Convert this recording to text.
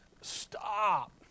Stop